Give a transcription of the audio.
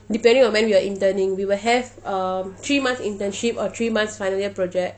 depending on when you are interning we will have um three month internship or three months final year project